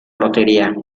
lotería